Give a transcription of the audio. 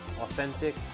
authentic